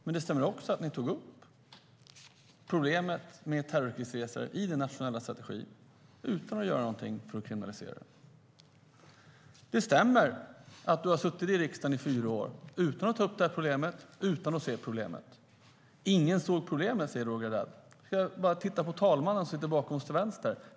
Men det stämmer också att de tog upp problemet med terroristresor i den nationella strategin utan att göra något för att kriminalisera det. Det stämmer att du har suttit i riksdagen i fyra år, Roger Haddad, utan att ta upp det här problemet, utan att se problemet. Ingen såg problemet, säger Roger Haddad. Jag bara tittar på talmannen som sitter här.